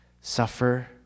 suffer